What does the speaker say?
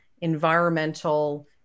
environmental